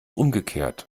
umgekehrt